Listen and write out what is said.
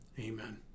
Amen